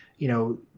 you know,